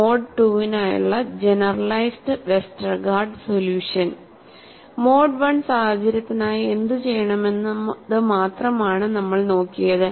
mode II നായുള്ള generalised Westergaard solution mode I സാഹചര്യത്തിനായി എന്തുചെയ്യണമെന്നത് മാത്രമാണ് നമ്മൾ നോക്കിയത്